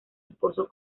esposo